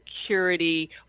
security